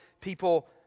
people